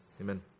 Amen